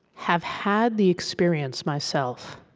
have had the experience, myself,